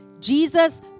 Jesus